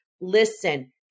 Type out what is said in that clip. listen